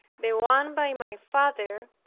the one by my father,